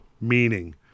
meaning